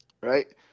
Right